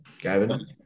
Gavin